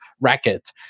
racket